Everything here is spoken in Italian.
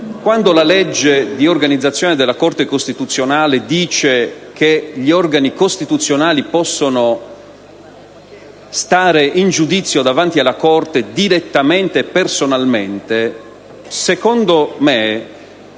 Quando la legge di organizzazione della Corte costituzionale dice che gli organi costituzionali possono stare in giudizio davanti alla Corte direttamente e personalmente, secondo me